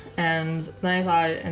and then i thought and